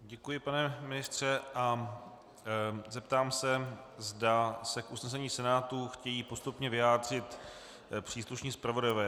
Děkuji, pane ministře, a zeptám se, zda se k usnesení Senátu chtějí postupně vyjádřit přístupní zpravodajové.